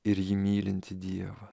ir jį mylintį dievą